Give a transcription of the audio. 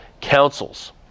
councils